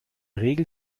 regel